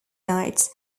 nights